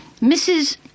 Mrs